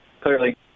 clearly